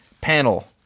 Panel